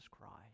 Christ